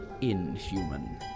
inhuman